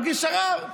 מגיש ערר.